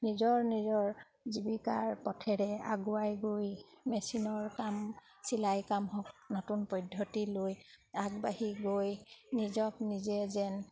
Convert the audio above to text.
নিজৰ নিজৰ জীৱিকাৰ পথেৰে আগুৱাই গৈ মেচিনৰ কাম চিলাই কাম হওক নতুন পদ্ধতি লৈ আগবাঢ়ি গৈ নিজক নিজে যেন